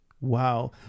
Wow